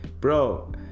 bro